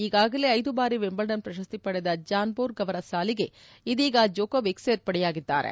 ಈಗಾಗಲೇ ಐದು ಬಾರಿ ವಿಂಬಲ್ಡನ್ ಪ್ರಶಸ್ತಿ ಪಡೆದ ಜಾನ್ ಬೋರ್ಗ್ ಅವರ ಸಾಲಿಗೆ ಇದೀಗ ಜೋಕೊವಿಕ್ ಸೇರ್ಪಡೆಯಾಗಿದ್ದಾರೆ